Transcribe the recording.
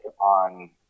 on